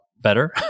better